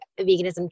veganism